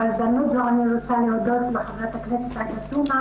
בהזדמנות זו אני רוצה להודות לחברת הכנסת עאידה תומא